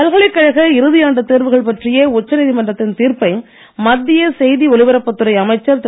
பல்கலைக்கழக இறுதியாண்டு தேர்வுகள் பற்றிய உச்ச நீதிமன்றத்தின் தீர்ப்பை மத்திய செய்தி ஒலிபரப்புத் துறை அமைச்சர் திரு